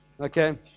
okay